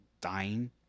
dying